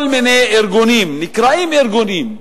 כל מיני ארגונים, נקראים ארגונים,